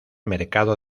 mercado